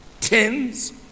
tens